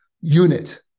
unit